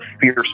fierce